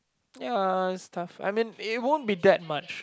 ya it's tough I mean it won't be that much